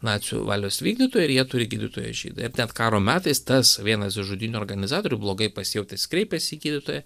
nacių valios vykdytojai ir jie turi gydytoją žydą ir net karo metais tas vienas iš žudynių organizatorių blogai pasijautęs kreipiasi į gydytoją